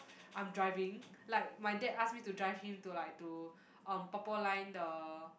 I'm driving like my dad ask me to drive him to like to um purple line the